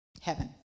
heaven